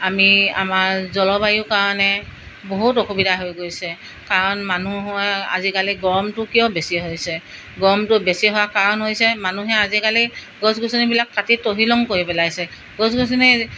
আমি আমাৰ জলবায়ুৰ কাৰণে বহুত অসুবিধা হৈ গৈছে কাৰণ মানুহৰে আজিকালি গৰমটো কিয় বেছি হৈছে গৰমটো বেছি হোৱা কাৰণ হৈছে মানুহে আজিকালি গছ গছনিবিলাক কাটি তহিলং কৰি পেলাইছে গছ গছনি